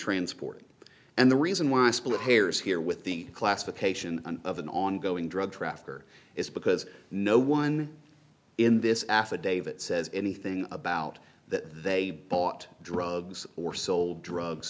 transporting and the reason why i split hairs here with the classification of an ongoing drug trafficker is because no one in this affidavit says anything about that they bought drugs or sold drugs